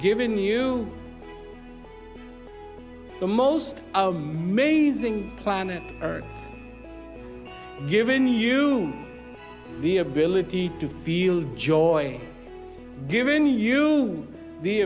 given you the most amazing planet earth given you the ability to feel joy given you the